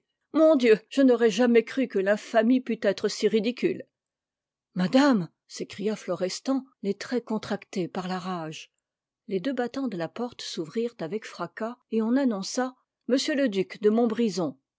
mon dieu je n'aurais jamais cru que l'infamie pût être si ridicule madame s'écria florestan les traits contractés par la rage les deux battants de la porte s'ouvrirent avec fracas et on annonça m le duc de montbrison